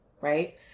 Right